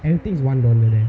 every thing is one dollar there